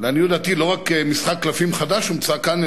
לעניות דעתי לא רק משחק קלפים חדש הומצא כאן,